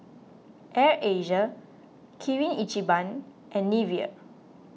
Air Asia Kirin Ichiban and Nivea